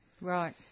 Right